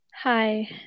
Hi